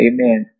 Amen